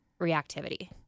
reactivity